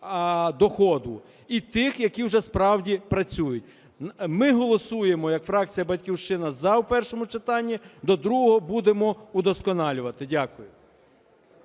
доходу; і тих, які вже справді працюють. Ми голосуємо як фракція "Батьківщина" за в першому читанні, до другого будемо удосконалювати. Дякую.